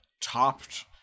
topped